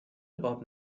about